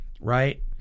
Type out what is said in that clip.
right